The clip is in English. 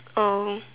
oh